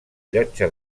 llotja